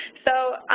so,